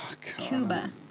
Cuba